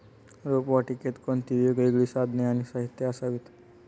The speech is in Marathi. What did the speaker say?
रोपवाटिकेत कोणती वेगवेगळी साधने आणि साहित्य असावीत?